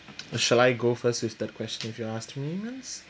or shall I go first with that question if you asked me